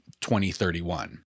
2031